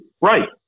Right